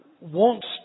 wants